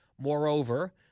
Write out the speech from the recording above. Moreover